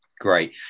Great